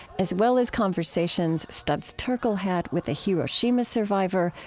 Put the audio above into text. as well as conversations studs terkel had with a hiroshima survivor,